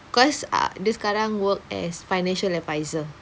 cause ah dia sekarang work as financial adviser